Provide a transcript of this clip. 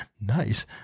nice